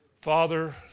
Father